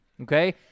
okay